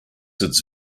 its